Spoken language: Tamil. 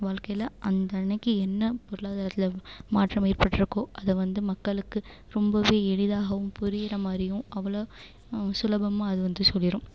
வாழ்க்கையில அந்தன்னக்கு என்ன பொருளாதாரத்தில் மாற்றம் ஏற்பட்டிருக்கோ அதை வந்து மக்களுக்கு ரொம்பவே எளிதாகவும் புரிகிற மாதிரியும் அவ்வளோ சுலபமாக அது வந்து சொல்லிடும்